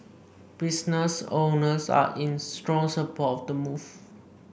business owners are in strong support of the move